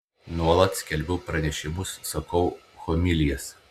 nuolat skelbiu pranešimus sakau homilijas